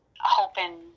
hoping